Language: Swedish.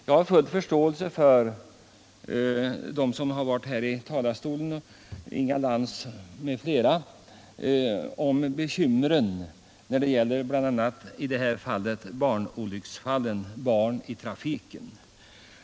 Jag har full förståelse för dem som varit uppe i talarstolen före mig - Inga Lantz m.fl. — och talat om bekymren när det gäller bl.a. barnolycksfall och barn i trafiken.